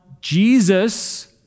Jesus